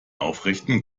aufrechten